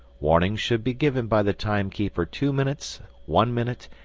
warning should be given by the timekeeper two minutes, one minute,